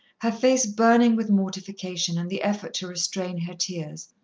her face burning with mortification and the effort to restrain her tears.